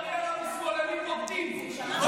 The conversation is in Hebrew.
חבר שלך שעשה פה קריירה מ"שמאלנים בוגדים" ------ אריאל,